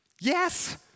Yes